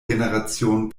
generationen